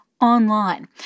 online